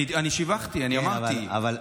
אני שיבחתי, אני אמרתי.